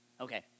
Okay